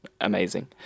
amazing